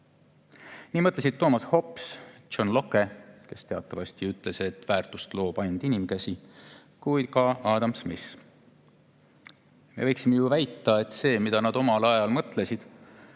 Nii mõtlesid Thomas Hobbes, John Locke – kes teatavasti ütles, et väärtust loob ainult inimkäsi – ja ka Adam Smith. Me võiksime ju väita, et see, mida nad omal ajal mõtlesid,